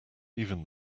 even